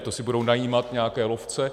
To si budou najímat nějaké lovce?